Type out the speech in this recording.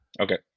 okay